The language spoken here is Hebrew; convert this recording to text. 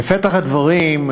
בפתח הדברים,